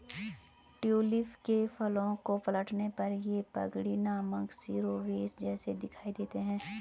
tulip के फूलों को पलटने पर ये पगड़ी नामक शिरोवेश जैसे दिखाई देते हैं